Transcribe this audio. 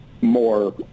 more